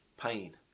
pain